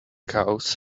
cows